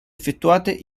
effettuate